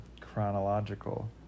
chronological